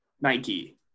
Nike